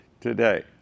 today